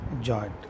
joint